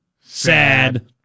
Sad